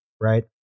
right